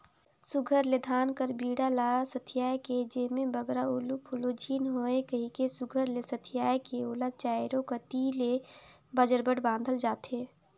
सुग्घर ले धान कर बीड़ा ल सथियाए के जेम्हे बगरा उलु फुलु झिन होए कहिके सुघर ले सथियाए के ओला चाएरो कती ले बजरबट बाधल जाथे